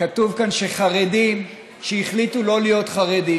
כתוב כאן שחרדים שהחליטו לא להיות חרדים,